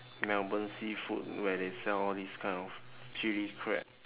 melbourne seafood where they sell all these kind of chilli crab